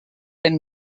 ben